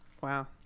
Wow